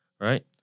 Right